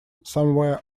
somewhere